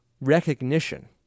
recognition